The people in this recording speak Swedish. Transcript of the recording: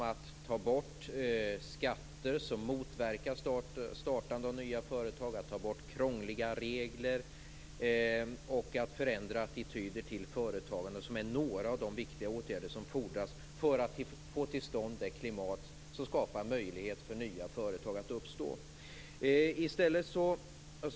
Att ta bort skatter som motverkar startande av nya företag, att ta bort krångliga regler och att förändra attityder till företagande är några de viktiga åtgärder som fordras för att få till stånd det klimat som skapar möjlighet för nya företag att uppstå.